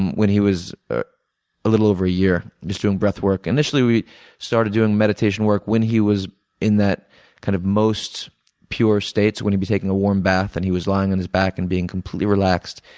and when he was ah a little over a year, just doing breath work. and, essentially, we started doing meditation work when he was in that kind of most pure states. when he'd be taking a warm bath and he was lying on his back and being completely relaxed,